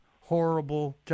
horrible